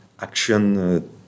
action